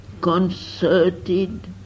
concerted